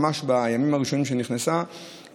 ממש בימים הראשונים שנכנסה,